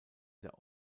der